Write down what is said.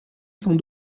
sans